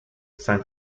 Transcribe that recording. san